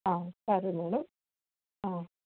సరే మ్యాడమ్